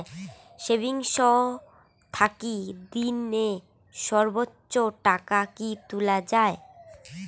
Savings থাকি দিনে সর্বোচ্চ টাকা কি তুলা য়ায়?